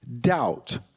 doubt